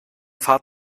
fahrt